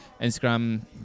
Instagram